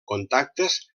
contactes